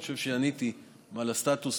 אני חושב שעניתי על הסטטוס,